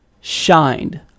shined